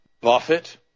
Buffett